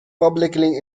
publicly